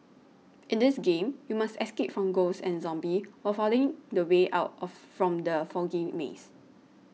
in this game you must escape from ghosts and zombies while finding the way out of from the foggy maze